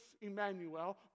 Emmanuel